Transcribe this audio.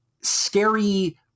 scary